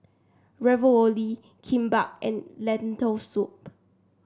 Ravioli Kimbap and Lentil Soup